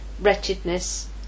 wretchedness